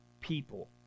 people